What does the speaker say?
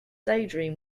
daydream